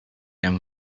and